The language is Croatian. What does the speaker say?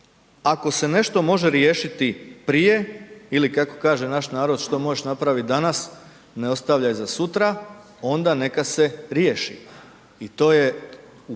Ako se nešto može riješiti prije ili kako kaže naš narod, što možeš napravit danas, ne ostavlja za sutra, onda neka se riješi. I to je u